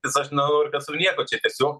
nes až žinau ir kas jau nieko čia tiesiog